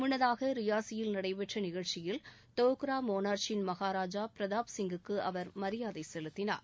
முன்னதாக ரியாசியில் நடைபெற்ற நிகழ்ச்சியில் தோக்ரா மோனார்ச்சின் மகாராஜா பிரதாப் சிங்குக்கு அவர் மரியாதை செலுத்தினார்